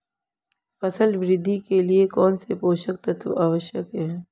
फसल वृद्धि के लिए कौनसे पोषक तत्व आवश्यक हैं?